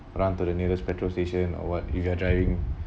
run to the nearest petrol station or what if you are driving